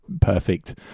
perfect